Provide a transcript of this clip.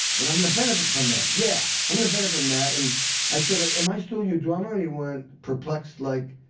and i'm going to benefit from that. yeah, i'm going to benefit from that. and i said, ah am i still your drummer? and he went, perplexed, like,